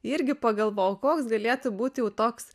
irgi pagalvojau koks galėtų būt jau toks